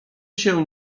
się